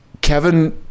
Kevin